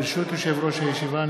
ברשות יושב-ראש הישיבה,